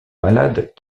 malade